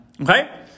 okay